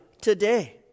today